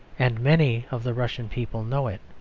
and many of the russian people know it.